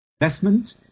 investment